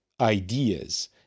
ideas